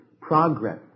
progress